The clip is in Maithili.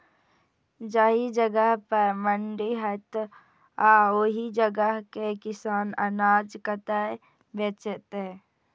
जाहि जगह पर मंडी हैते आ ओहि जगह के किसान अनाज कतय बेचते?